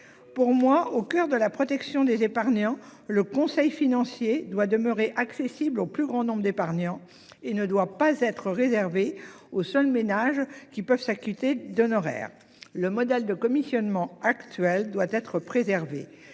Pour moi, au coeur de la protection des épargnants le conseil financier doit demeurer accessible au plus grand nombre d'épargnants et ne doit pas être réservé aux seuls ménages qui peuvent s'acquitter d'honoraires. Le modèle de commissionnement actuel doit être préservée.